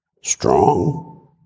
strong